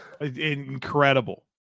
Incredible